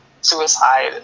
suicide